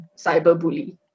cyberbully